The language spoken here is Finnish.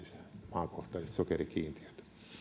maakohtaiset sokerikiintiöt